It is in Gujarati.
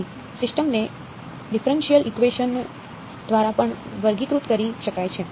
તેથી સિસ્ટમ ને ડિફરનશીયલ ઇકવેશન દ્વારા પણ વર્ગીકૃત કરી શકાય છે